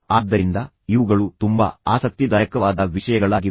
ಆದ್ದರಿಂದ ಇವುಗಳು ತುಂಬಾ ಆಸಕ್ತಿದಾಯಕವಾದ ವಿಷಯಗಳಾಗಿವೆ